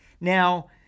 Now